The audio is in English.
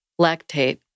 Lactate